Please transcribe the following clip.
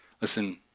Listen